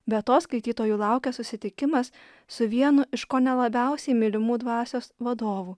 be to skaitytojų laukia susitikimas su vienu iš kone labiausiai mylimų dvasios vadovų